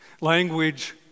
Language